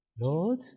Lord